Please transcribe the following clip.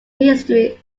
history